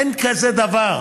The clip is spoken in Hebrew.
אין כזה דבר.